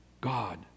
God